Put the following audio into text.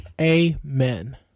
Amen